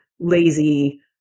lazy